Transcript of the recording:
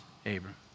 Abram